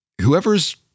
whoever's